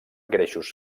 greixos